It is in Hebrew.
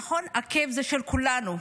נכון, הכאב הזה של כולנו.